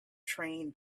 train